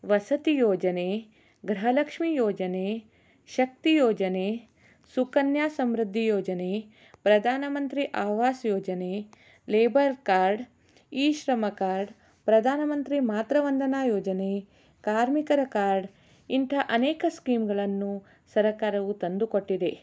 ವಸತಿ ಯೋಜನೆ ಗೃಹಲಕ್ಷ್ಮಿ ಯೋಜನೆ ಶಕ್ತಿ ಯೋಜನೆ ಸುಕನ್ಯಾ ಸಮೃದ್ಧಿ ಯೋಜನೆ ಪ್ರಧಾನಮಂತ್ರಿ ಆವಾಸ್ ಯೋಜನೆ labour card e Shram card ಪ್ರಧಾನಮಂತ್ರಿ ಮಾತೃವಂದನಾ ಯೋಜನೆ ಕಾರ್ಮಿಕರ ಕಾರ್ಡ್ ಇಂಥ ಅನೇಕ ಸ್ಕೀಮ್ಗಳನ್ನು ಸರಕಾರವು ತಂದುಕೊಟ್ಟಿದೆ